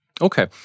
okay